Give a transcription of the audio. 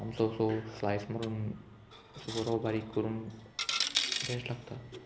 तामसो असो स्लायस मारून असो बरो बारीक करून बेश्ट लागता